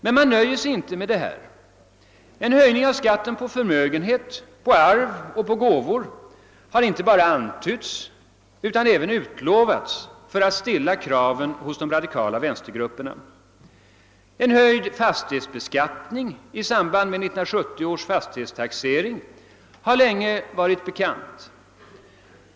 Men man nöjer sig inte med detta. En höjning av skatten på förmögenhet, på arv och på gåvor har inte bara antytts utan även utlovats för att stilla kraven hos de radikala vänstergrupperna. Att en höjd fastighetsbeskattning i samband med 1970 års fastighetstaxering kommer att föreslås har länge varit bekant.